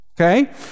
okay